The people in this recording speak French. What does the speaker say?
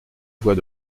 voix